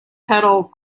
pedal